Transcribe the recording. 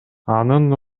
анын